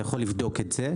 אתה יכול לבדוק את זה.